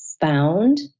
found